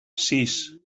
sis